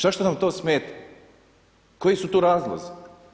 Zašto nam to smeta, koji su tu razlozi?